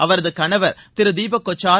அவரது கணவர் திரு தீபக் கொக்சார்